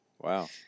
Wow